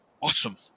awesome